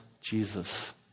Jesus